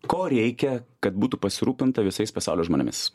ko reikia kad būtų pasirūpinta visais pasaulio žmonėmis